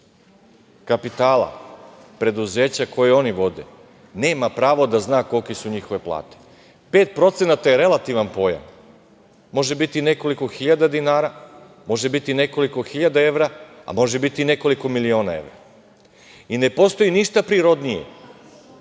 kapitala, preduzeća koja oni vode, nema pravo da zna kolike su njihove plate. Pet procenata je relativan pojam. Može biti nekoliko hiljada dinara, može biti nekoliko hiljada evra, a može biti i nekoliko miliona evra. Ne postoji ništa prirodnije